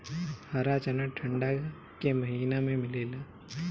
हरा चना ठंडा के महिना में मिलेला